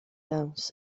dawns